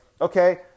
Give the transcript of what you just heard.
okay